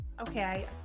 Okay